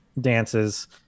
dances